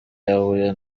yahuye